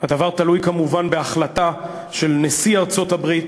הדבר תלוי כמובן בהחלטה של נשיא ארצות-הברית.